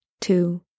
two